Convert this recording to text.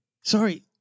Sorry